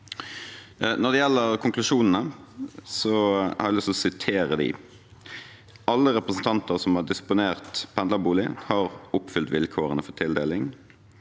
Når det gjelder konklusjonene, har jeg lyst til å sitere dem: – Alle representantene som har disponert pendlerbolig, har oppfylt vilkårene for tildeling.